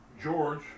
George